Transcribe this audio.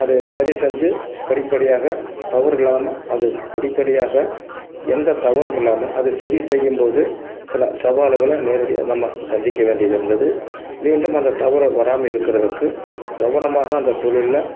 அது சரி செஞ்சு படிப்படியாக தவறு இல்லாமல் அது படிப்படியாக எந்த தவறும் இல்லாமல் அதை சரி செய்யும் போது சில சவால்களை நேரடியாக நம்ம சந்திக்க வேண்டி இருந்தது மீண்டும் அந்த தவறு வராமல் இருக்கிறதுக்கு கவனமாக அந்த தொழிலில்